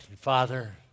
Father